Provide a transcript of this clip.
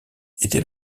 était